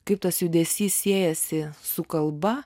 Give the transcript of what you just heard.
kaip tas judesys siejasi su kalba